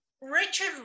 Richard